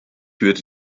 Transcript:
würde